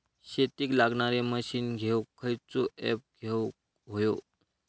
शेतीक लागणारे मशीनी घेवक खयचो ऍप घेवक होयो?